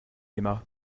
aima